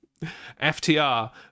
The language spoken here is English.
FTR